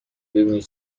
ببینی